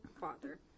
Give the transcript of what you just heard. father